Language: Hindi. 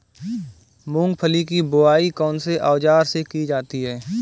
मूंगफली की बुआई कौनसे औज़ार से की जाती है?